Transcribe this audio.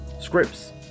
scripts